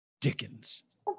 Dickens